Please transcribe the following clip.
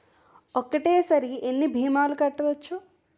ఒక్కటేసరి ఎన్ని భీమాలు కట్టవచ్చు?